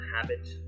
habit